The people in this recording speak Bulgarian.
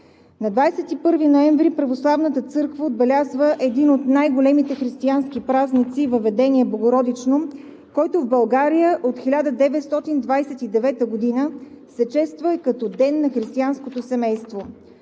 На 21 ноември Православната църква отбелязва един от най-големите християнски празници Въведение Богородично, който в България от 1929 г. се чества и като Ден на християнското семейство.